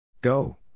Go